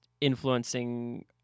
influencing